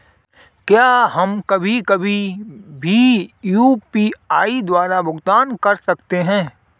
क्या हम कभी कभी भी यू.पी.आई द्वारा भुगतान कर सकते हैं?